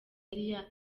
yari